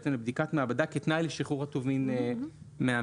בעצם לבדיקת מעבדה כתנאי לשחרור הטובין מהמכס.